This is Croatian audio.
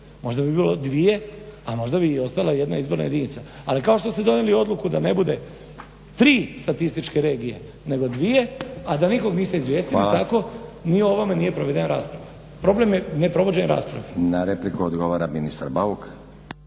možda bi bilo dvije a možda bi ostala i jedna izborna jedinica. Ali kao što ste donijeli odluku da ne bude tri statističke regije nego dvije, a da nikog niste izvijestili tako ni o ovome nije provedena rasprava. Problem je neprovođenje rasprave. **Stazić, Nenad (SDP)** Na repliku odgovara ministar Bauk.